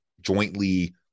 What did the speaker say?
jointly